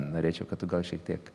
norėčiau kad tu gal šiek tiek